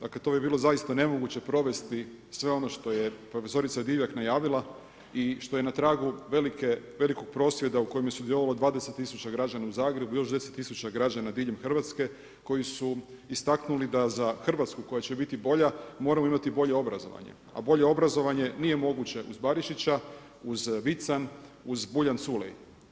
Dakle, to bi bilo zaista nemoguće provesti sve ono što je profesorica Divjak najavila i što je na tragu velikog prosvjeda u kojem je sudjelovalo 20000 građa u Zagrebu, još 10000 građana diljem Hrvatske koji su istaknuli da za Hrvatsku koja će biti bolja moramo imati bolje obrazovanje, a bolje obrazovanje nije moguće uz Barišića, uz Vican, uz Buljan Culej.